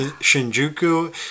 Shinjuku